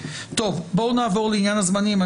נעבור לעניין הזמנים.